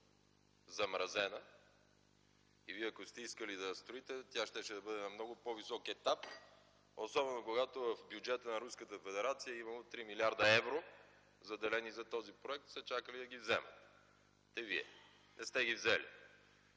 замразена и вие, ако сте искали да я строите, тя щеше да бъде на много по-висок етап, особено когато в бюджета на Руската федерация е имало 3 млрд. евро, заделени за този проект и са чакали да ги вземете вие. Не сте ги взели,